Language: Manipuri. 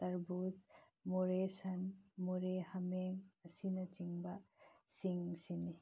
ꯇ꯭ꯔꯕꯨꯁ ꯃꯣꯔꯦ ꯁꯟ ꯃꯣꯔꯦ ꯍꯥꯃꯣꯡ ꯑꯁꯤꯅꯆꯤꯡꯕꯁꯤꯡ ꯁꯤꯅꯤ